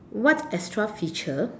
what extra feature